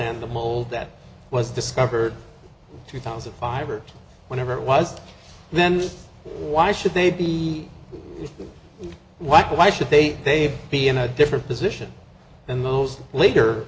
and the mold that was discovered two thousand five or whenever it was then why should they be like why should they be in a different position than those later